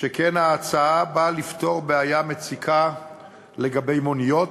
שכן ההצעה באה לפתור בעיה מציקה לגבי מוניות,